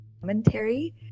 Commentary